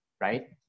right